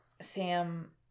Sam